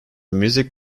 music